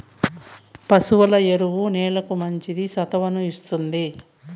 పశువుల ఎరువు నేలకి మంచి సత్తువను ఇస్తుంది